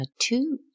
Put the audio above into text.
two